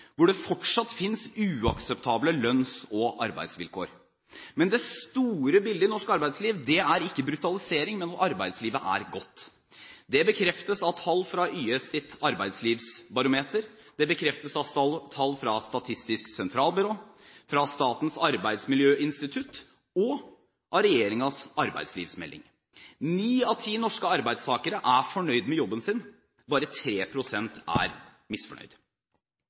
hvor det fortsatt finnes uakseptable lønns- og arbeidsvilkår. Men det store bildet i norsk arbeidsliv er ikke brutalisering, men at arbeidslivet er godt. Det bekreftes av tall fra YS’ arbeidslivsbarometer. Det bekreftes av tall fra Statistisk sentralbyrå, av Statens arbeidsmiljøinstitutt og av regjeringens arbeidslivsmelding. Ni av ti norske arbeidstakere er fornøyd med jobben sin. Bare tre prosent er misfornøyd.